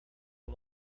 com